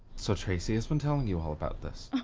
so tracy's been telling you all about this.